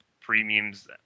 premiums